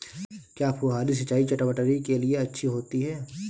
क्या फुहारी सिंचाई चटवटरी के लिए अच्छी होती है?